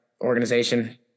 organization